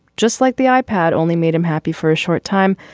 just like the i-pad only made him happy for a short time,